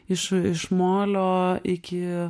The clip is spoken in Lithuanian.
iš iš molio iki